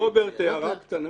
יש לרוברט הערה קטנה.